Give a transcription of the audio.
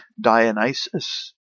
Dionysus